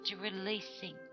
releasing